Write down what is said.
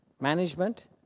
management